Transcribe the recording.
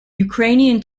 ukrainian